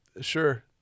Sure